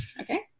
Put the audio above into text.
Okay